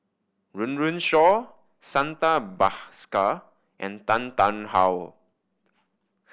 Run Run Shaw Santha Bhaskar and Tan Tarn How